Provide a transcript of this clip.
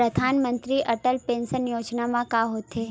परधानमंतरी अटल पेंशन योजना मा का होथे?